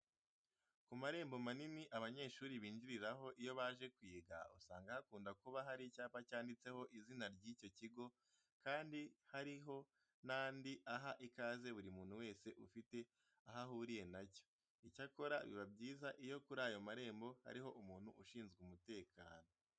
Ku marembo manini abanyeshuri binjiriraho iyo baje kwiga, usanga hakunda kuba hari icyapa cyanditseho izina ry'icyo kigo kandi hariho n'andi aha ikaze buri muntu wese ufite aho ahuriye na cyo. Icyakora biba byiza iyo kuri aya marembo hariho umuntu ushinzwe umutekano.